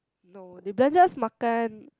no they belanja us makan